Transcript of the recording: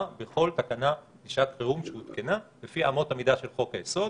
וכל תקנה לשעת חירום שהותקנה לפי אמות המידה של חוק-היסוד.